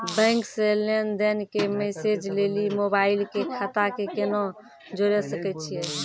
Bank से लेंन देंन के मैसेज लेली मोबाइल के खाता के केना जोड़े सकय छियै?